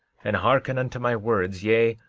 and hearken unto my words yea,